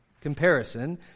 comparison